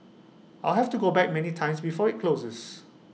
I'll have to go back many times before IT closes